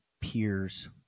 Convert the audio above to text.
peers